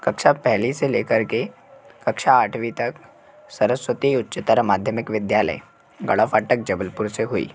कक्षा पहले से लेकर के कक्षा आठवीं तक सरस्वती उच्चतर माध्यमिक विद्यालय गढ़ा फाटक जबलपुर से हुई